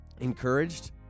encouraged